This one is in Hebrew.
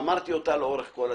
אמרתי אותה לאורך כל הדרך.